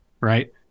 right